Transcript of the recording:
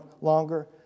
longer